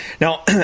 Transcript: Now